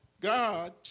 God